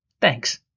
Thanks